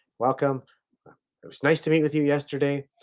welcome, it's nice to meet with you yesterday.